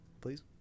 please